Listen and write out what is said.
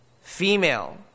female